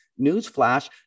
Newsflash